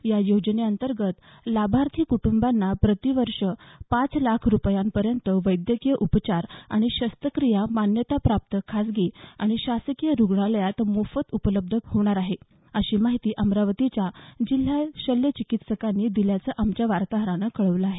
या योजनेअंतर्गत लाभार्थी कुटुंबांना प्रति वर्ष पाच लाख रुपयापर्यंत वैद्यकीय उपचार आणि शस्त्रक्रीया मान्यताप्राप्त खासगी आणि शासकीय रुग्णालयांत मोफत उपलब्ध होणार आहेत अशी माहिती अमरावतीच्या जिल्हा शल्य चिकित्सकांनी दिल्याचं आमच्या वार्ताहरानं कळवलं आहे